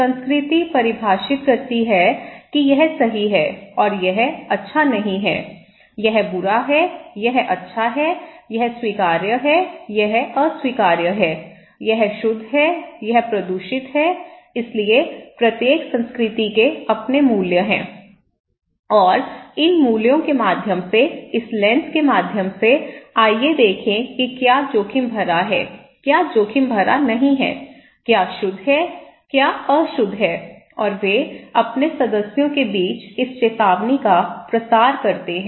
संस्कृति परिभाषित करती है कि यह सही है और यह अच्छा नहीं है यह बुरा है यह अच्छा है यह स्वीकार्य है यह अस्वीकार्य है यह शुद्ध है यह प्रदूषित है इसलिए प्रत्येक संस्कृति के अपने मूल्य हैं और इन मूल्यों के माध्यम से इस लेंस के माध्यम से आइए देखें कि क्या जोखिम भरा है क्या जोखिम भरा नहीं है क्या शुद्ध है क्या अशुद्ध है और वे अपने सदस्यों के बीच इस चेतावनी का प्रसार करते हैं